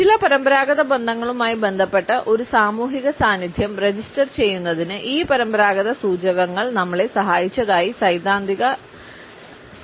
ചില പരമ്പരാഗത ബന്ധങ്ങളുമായി ബന്ധപ്പെട്ട ഒരു സാമൂഹിക സാന്നിധ്യം രജിസ്റ്റർ ചെയ്യുന്നതിന് ഈ പരമ്പരാഗത സൂചകങ്ങൾ നമ്മളെ സഹായിച്ചതായി സൈദ്ധാന്തിക ഈ സമീപനത്തിന് തോന്നി